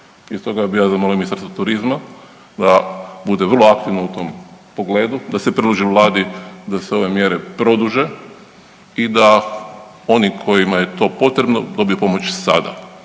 I stoga bi ja zamolio Ministarstvo turizma da bude vrlo aktivno u tom pogledu, da se predloži vladi da se ove mjere produže i da oni kojima je to potrebno dobiju pomoć sada.